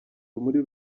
muri